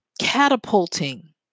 catapulting